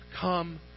come